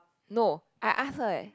no I ask her eh